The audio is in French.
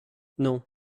non